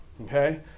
okay